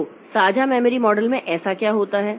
तो साझा memory model में ऐसा क्या होता है